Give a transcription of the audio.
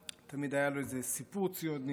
תמיד היה לו איזה סיפור ציוני,